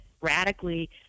radically